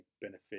benefit